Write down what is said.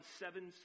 seven